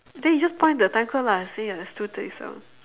then you just point the time code lah say it's two thirty seven